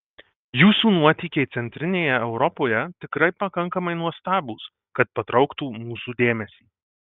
jūsų nuotykiai centrinėje europoje tikrai pakankamai nuostabūs kad patrauktų mūsų dėmesį